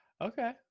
Okay